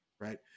right